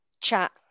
chat